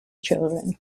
children